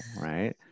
right